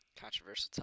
Controversial